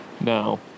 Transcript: Now